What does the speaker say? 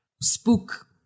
spook